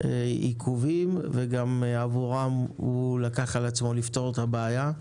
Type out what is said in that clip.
עיכובים וגם עבורם הוא לקח על עצמו לפתור את הבעיה.